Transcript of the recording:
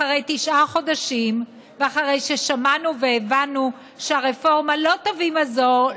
אחרי תשעה חודשים ואחרי ששמענו והבנו שהרפורמה לא תביא מזור,